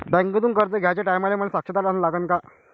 बँकेतून कर्ज घ्याचे टायमाले मले साक्षीदार अन लागन का?